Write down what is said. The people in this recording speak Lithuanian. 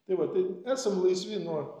tai va tai esam laisvi nuo